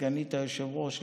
סגנית היושב-ראש,